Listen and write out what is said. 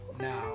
Now